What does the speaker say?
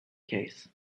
case